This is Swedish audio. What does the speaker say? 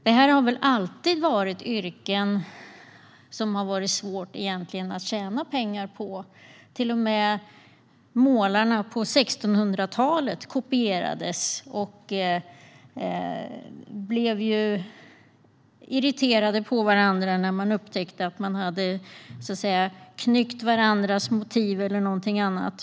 Det här har väl egentligen alltid varit yrken som det varit svårt att tjäna pengar på. Till och med målarna på 1600-talet kopierades och blev irriterade på varandra när de upptäckte att de hade knyckt varandras motiv eller någonting annat.